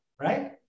right